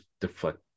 deflect